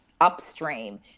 upstream